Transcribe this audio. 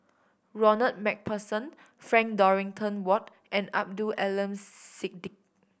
Ronald Macpherson Frank Dorrington Ward and Abdul Aleem